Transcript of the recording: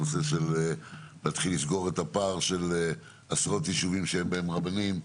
הנושא של להתחיל לסגור את הפער של עשרות ישובים שאין בהם רבנים?